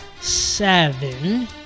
seven